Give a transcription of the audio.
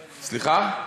דיכאון.